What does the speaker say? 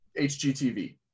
HGTV